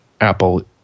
Apple